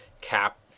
cap